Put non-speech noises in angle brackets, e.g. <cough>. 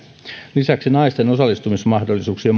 lisäksi naisten osallistumismahdollisuuksia <unintelligible>